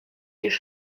już